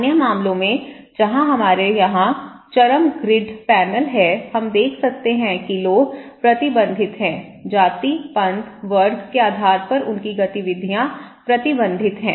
अन्य मामलों में जहां हमारे यहां चरम ग्रिड पैनल है हम देख सकते हैं कि लोग प्रतिबंधित हैं जाति पंथ वर्ग के आधार पर उनकी गतिविधियाँ प्रतिबंधित हैं